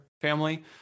family